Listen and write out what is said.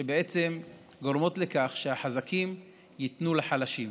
שבעצם גורמות לכך שהחזקים ייתנו לחלשים,